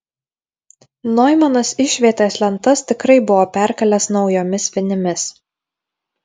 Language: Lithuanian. noimanas išvietės lentas tikrai buvo perkalęs naujomis vinimis